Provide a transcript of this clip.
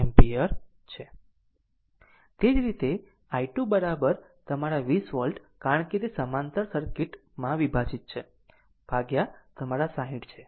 એ જ રીતે i2 તમારા 20 વોલ્ટ કારણ કે તે સમાંતર સર્કિટ વિભાજિત છે તમારા 60 છે